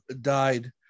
died